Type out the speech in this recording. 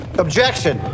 Objection